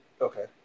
Okay